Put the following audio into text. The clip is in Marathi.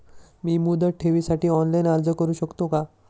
मी मुदत ठेवीसाठी ऑनलाइन अर्ज करू शकतो का?